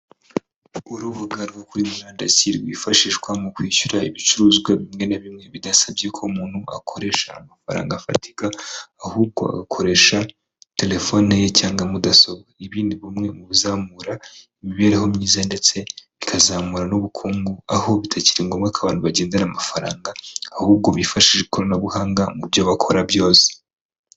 Urubuga rwo kuri murandasi rwifashishwa mu kwishyura ibicuruzwa bimwe na bimwe bidasabye ko umuntu akoresha amafaranga afatika ahubwo agakoresha terefone ye cyangwa mudasobwa, ibi ni bumwe mu bizamura imibereho myiza ndetse bikazamura n'ubukungu, aho bitakiri ngombwa ko abantu bagendana amafaranga ahubwo bifashisha ikoranabuhanga mu byo bakora byose.